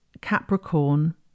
Capricorn